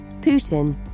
Putin